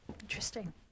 Interesting